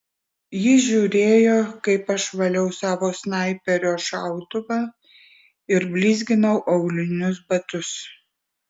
ji žiūrėjo kaip aš valiau savo snaiperio šautuvą ir blizginau aulinius batus